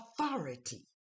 authority